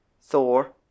Thor